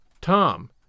Tom